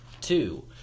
Two